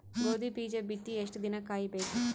ಗೋಧಿ ಬೀಜ ಬಿತ್ತಿ ಎಷ್ಟು ದಿನ ಕಾಯಿಬೇಕು?